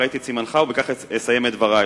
ראיתי את סימנך ובכך אסיים את דברי.